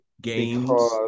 Games